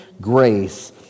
grace